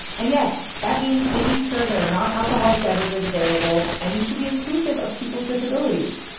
and, yes, that means making sure there are nonalcoholic beverages available. and you should be inclusive of people's disabilities.